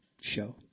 show